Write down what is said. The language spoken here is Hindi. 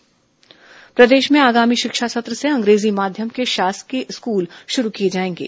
अंग्रे जी माध्यम स्कूल प्रदेश में आगामी शिक्षा सत्र से अंग्रेजी माध्यम के शासकीय स्कूल शुरू किए जाएंगे